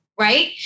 right